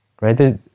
right